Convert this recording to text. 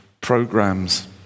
programs